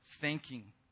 Thanking